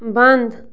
بنٛد